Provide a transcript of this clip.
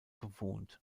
bewohnt